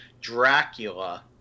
Dracula